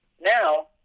Now